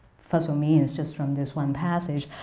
fussell means just from this one passage.